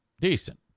decent